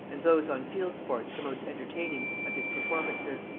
and those on field sports the most entertaining, of his performances.